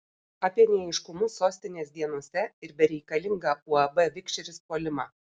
apie neaiškumus sostinės dienose ir bereikalingą uab vikšris puolimą